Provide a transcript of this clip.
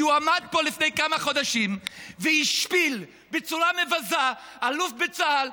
כי הוא עמד פה לפני כמה חודשים והשפיל בצורה מבזה אלוף בצה"ל,